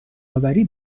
آوری